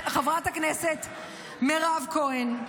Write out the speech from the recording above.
חברת הכנסת מירב כהן,